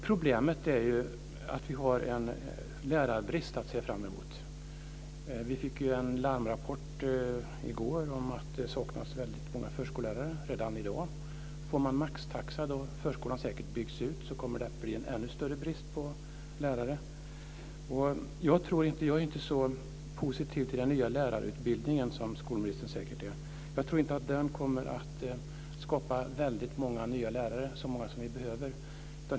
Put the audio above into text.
Problemet är ju att det kommer att finnas en lärarbrist framöver. Vi fick en larmrapport i går om att det saknas många förskollärare redan i dag. Införs det en maxtaxa byggs förskolan säkerligen ut, och då kommer det att bli en ännu större brist på lärare. Jag är inte så positiv till den nya lärarutbildningen som skolministern säkert är. Jag tror inte att den kommer att skapa så många nya lärare som vi behöver.